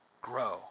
grow